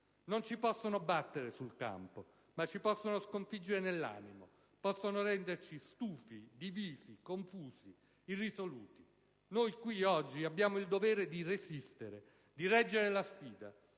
Non ci possono battere sul campo, ma ci possono sconfiggere nell'animo, possono renderci stufi, divisi, confusi, irresoluti. Noi qui oggi abbiamo il dovere di resistere, di reggere la sfida,